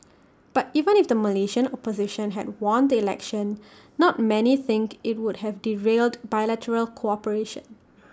but even if the Malaysian opposition had won the election not many think IT would have derailed bilateral cooperation